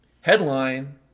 Headline